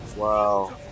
Wow